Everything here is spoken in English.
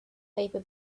paper